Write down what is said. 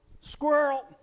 Squirrel